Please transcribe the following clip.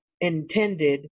intended